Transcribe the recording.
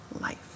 life